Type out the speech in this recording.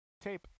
tape